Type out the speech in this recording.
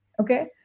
Okay